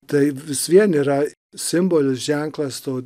tai vis vien yra simbolis ženklas to